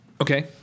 Okay